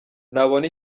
nabona